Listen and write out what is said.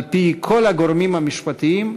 על-פי כל הגורמים המשפטיים,